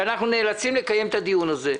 שאנחנו נאלצים לקיים את הדיון הזה,